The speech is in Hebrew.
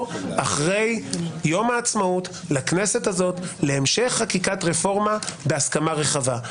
אחרי יום העצמאות לכנסת להמשך חקיקת הרפורמה בהסכמה רחבה.